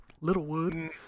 Littlewood